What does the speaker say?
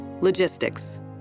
Logistics